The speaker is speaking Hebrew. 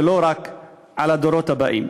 ולא רק על הדורות הבאים.